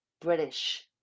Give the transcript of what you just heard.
British